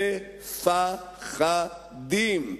מ-פ-ח-ד-י-ם.